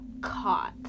caught